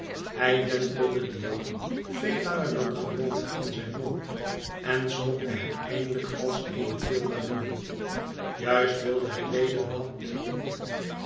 hij wentelde dien hap veel langer dan gewoonlijk in zijn mond en slokte hem eindelijk als eene pil naar binnen juist wilde hij weder een hap nemen